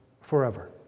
forever